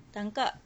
tangkak